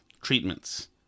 treatments